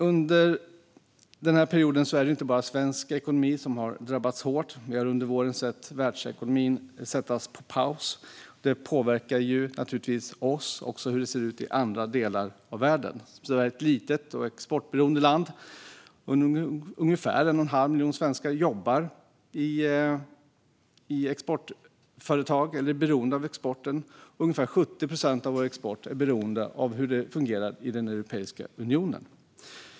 Under denna period är det inte bara svensk ekonomi som har drabbats hårt. Vi har under våren sett världsekonomin sättas på paus. Det påverkar naturligtvis oss också hur det ser ut i andra delar av världen. Sverige är ett litet och exportberoende land. Ungefär 1 1⁄2 miljon svenskar jobbar i exportföretag eller i företag som är beroende av exporten. Och ungefär 70 procent av vår export är beroende av hur det fungerar i Europeiska unionen.